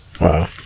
Wow